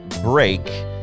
break